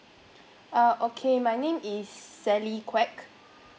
uh okay my name is sally kwek